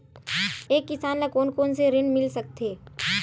एक किसान ल कोन कोन से ऋण मिल सकथे?